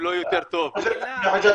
רק אני.